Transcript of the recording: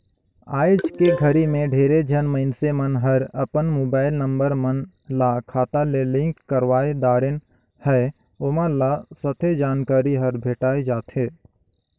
आइज के घरी मे ढेरे झन मइनसे मन हर अपन मुबाईल नंबर मन ल खाता ले लिंक करवाये दारेन है, ओमन ल सथे जानकारी हर भेंटाये जाथें